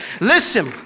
Listen